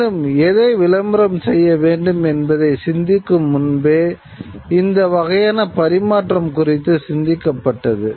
மேலும் எதை விளம்பரம் செய்ய வேண்டும் என்பதை சிந்திக்கும் முன்பே இந்த வகையான பரிமாற்றம் குறித்து சிந்திக்கப்பட்டது